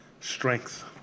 strength